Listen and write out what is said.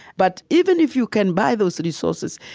but even if you can buy those resources,